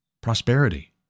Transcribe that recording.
prosperity